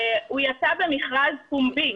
והוא יצא במכרז פומבי.